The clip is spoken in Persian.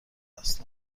دست